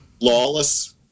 lawless